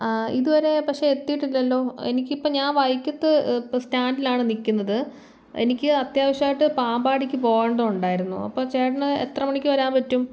ഇതുവരെ പക്ഷെ എത്തിയിട്ടില്ലല്ലോ എനിക്കിപ്പം ഞാൻ വൈക്കത്ത് ഇപ്പം സ്റ്റാൻ്റിലാണ് നിൽക്കുന്നത് എനിക്ക് അത്യാവശ്യമായിട്ട് പാമ്പാടിക്ക് പോകേണ്ട ഉണ്ടായിരുന്നു അപ്പം ചേട്ടന് എത്ര മണിക്ക് വരാൻ പറ്റും